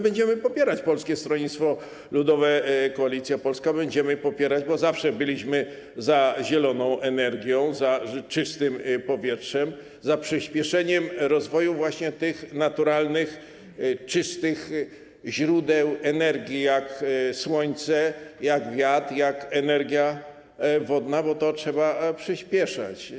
Będziemy popierać, Polskie Stronnictwo Ludowe - Koalicja Polska będzie popierać, bo zawsze byliśmy za zieloną energią, za czystym powietrzem, za przyspieszeniem rozwoju takich naturalnych, czystych źródeł energii, jak słońce, jak wiatr, jak energia wodna, bo to trzeba przyspieszać.